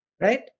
right